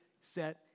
set